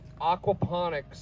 Aquaponics